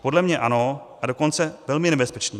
Podle mě ano, a dokonce velmi nebezpečným.